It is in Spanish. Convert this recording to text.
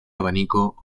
abanico